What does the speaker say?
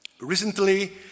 Recently